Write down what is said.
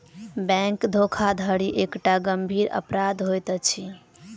bank धोखाधड़ी एकटा गंभीर अपराध होइत अछि